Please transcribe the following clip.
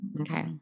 Okay